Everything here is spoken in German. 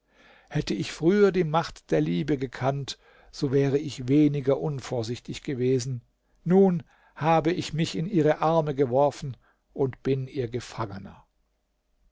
hätte ich früher die macht der liebe gekannt so wäre ich weniger unvorsichtig gewesen nun habe ich mich in ihre arme geworfen und bin ihr gefangener